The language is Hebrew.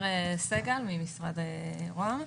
כן.